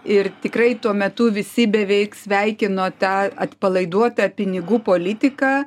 ir tikrai tuo metu visi beveik sveikino tą atpalaiduotą pinigų politiką